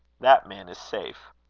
that man is safe,